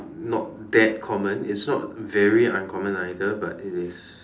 not that common it's not very uncommon either but it is